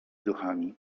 duchami